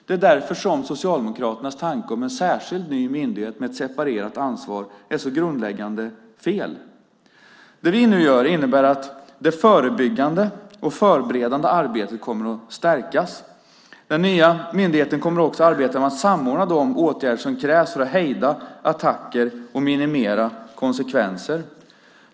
Det är därför som Socialdemokraternas tanke om en särskild ny myndighet med ett separerat ansvar är så grundläggande fel. Det vi nu gör innebär att det förebyggande och förberedande arbetet kommer att stärkas. Den nya myndigheten kommer också att arbeta med att samordna de åtgärder som krävs för att hejda attacker och minimera konsekvenser.